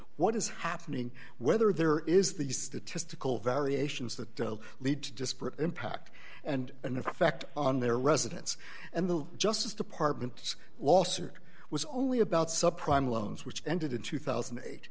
what is happening whether there is the statistical variations that will lead to disparate impact and an effect on their residence and the justice department lawsuit was only about subprime loans which ended in two thousand a